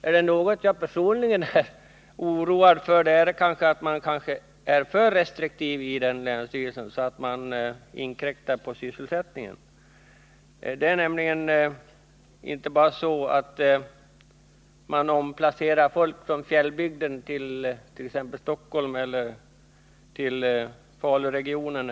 Är det något jag personligen är oroad över, så är det att man kanske är alltför restriktiv i den länsstyrelsen, vilket kan innebära att detta får återverkningar på sysselsättningen. Det är nämligen så att man inte bara kan omplacera folk och flytta dem från fjällbygden till t.ex. Stockholm eller Faluregionen.